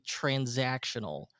transactional